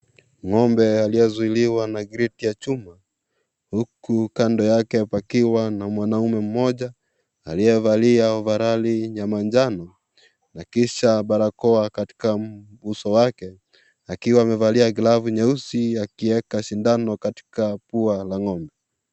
Ngombe aliyezuiliwa na greti ya chuma huku kando yake pakiwa na mwanaume mmoja aliyevalia ovarali ya manjano na kisha barakoa katika uso wake akiwa amevalia glavu nyeusi akieka sindano katika pua la ngombe .